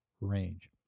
range